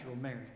marriage